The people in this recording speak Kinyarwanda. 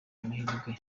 amahirwe